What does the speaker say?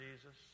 Jesus